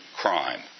crime